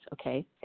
okay